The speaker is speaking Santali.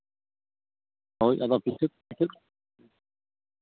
ᱦᱳᱭ ᱟᱫᱚ ᱠᱤᱪᱷᱩ ᱠᱤᱪᱷᱩ